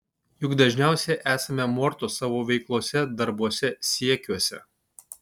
juk dažniausiai esame mortos savo veiklose darbuose siekiuose